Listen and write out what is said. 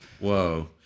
Whoa